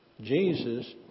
Jesus